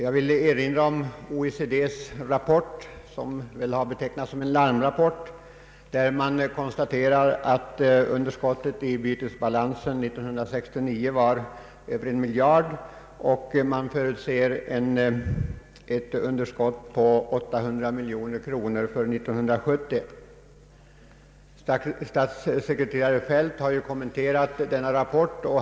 Jag vill erinra om OECD:s rapport, som väl har betecknats som en larmrapport, där man konstaterar att underskottet i bytesbalansen år 1969 var över en miljard kronor. Man förutser ett underskott på 800 miljoner kronor för år 1970. Statssekreterare Feldt har kommenterat denna rapport.